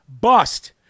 bust